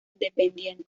independiente